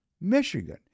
Michigan